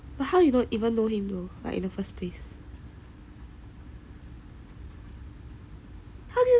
but how you even know him though like in the first place